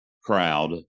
crowd